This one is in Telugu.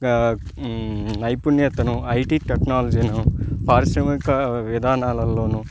నైపుణ్యతను ఐటీ టెక్నాలజీను పారిశ్రామిక విధానాలలో